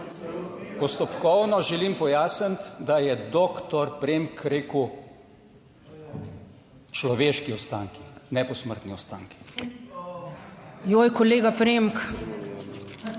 Postopkovno želim pojasniti, da je doktor Premk rekel, človeški ostanki, ne, posmrtni ostanki. PREDSEDNICA MAG.